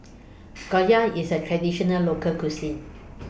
Gyoza IS A Traditional Local Cuisine